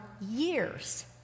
years